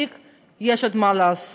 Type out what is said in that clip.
פגשתי פה את רעיה